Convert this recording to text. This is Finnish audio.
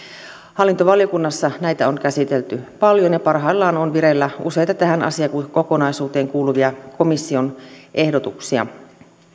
hallintovaliokunnassa näitä on käsitelty paljon ja parhaillaan on vireillä useita tähän asiakokonaisuuteen kuuluvia komission ehdotuksia